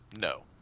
No